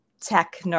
tech